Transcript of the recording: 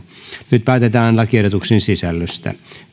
nyt päätetään lakiehdotuksen sisällöstä